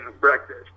breakfast